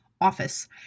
office